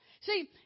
See